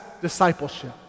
discipleship